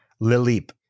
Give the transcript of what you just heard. Lilip